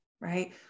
Right